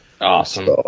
awesome